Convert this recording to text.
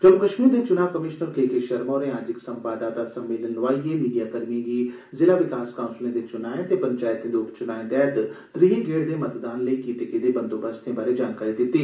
जम्मू कश्मीर दे चुनां कमिशनर के के शर्मा होरें अज्ज इक संवाददाता सम्मेलन लोआइयै मीडिया कर्मिए गी जिला विकास काउंसलें दे चुनाएं ते पंचैतें दे उपचुनाएं तैह्त त्रीये गेड़ दे मतदान लेई कीते गेदे बंदोबस्तें बारै जानकारी दित्ती